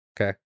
Okay